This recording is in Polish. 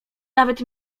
nawet